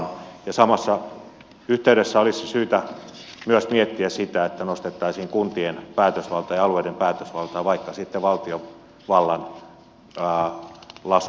samassa yhteydessä olisi syytä myös miettiä sitä että nostettaisiin kuntien päätösvaltaa ja alueiden päätösvaltaa vaikka sitä valtio valvoo ja las